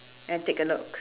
and take a look